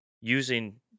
using